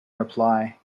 reply